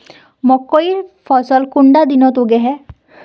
मकई फसल कुंडा दिनोत उगैहे?